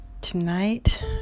tonight